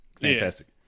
fantastic